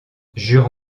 jure